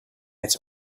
its